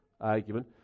argument